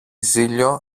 ζήλιω